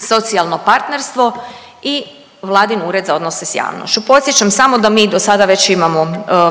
socijalno partnerstvo i Vladin ured za odnose s javnošću. Podsjećam samo da mi dosada već imamo